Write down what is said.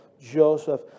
Joseph